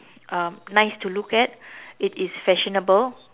um nice to look at it is fashionable